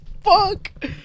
fuck